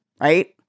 right